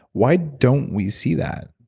why don't we see that?